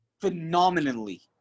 phenomenally